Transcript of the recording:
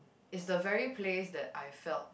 is the very place that I felt